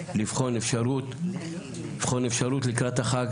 לבחון אפשרות לקראת החג,